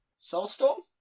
soulstorm